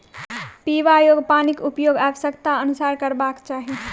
पीबा योग्य पानिक उपयोग आवश्यकताक अनुसारेँ करबाक चाही